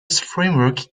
framework